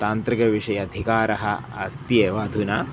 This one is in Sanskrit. तान्त्रिकविषये अधिकारः अस्ति एव अधुना